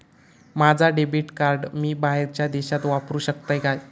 माझा debit card मी बाहेरच्या देशात वापरू शकतय काय?